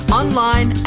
online